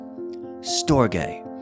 Storge